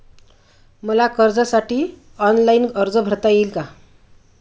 मला कर्जासाठी ऑनलाइन अर्ज भरता येईल का?